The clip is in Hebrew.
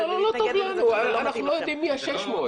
לא, לא טוב לנו, אנחנו לא יודעים מי ה-600.